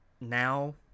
now